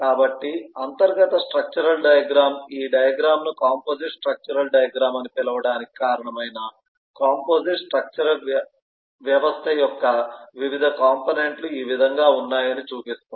కాబట్టి అంతర్గత structural diagram ఈ డయాగ్రమ్ ను కాంపోజిట్ స్ట్రక్చరల్ డయాగ్రమ్ అని పిలవటానికి కారణమైన కాంపోజిట్ స్ట్రక్చర్ వ్యవస్థ యొక్క వివిధ కాంపోనెంట్ లు ఈ విధంగా ఉన్నాయని చూపిస్తుంది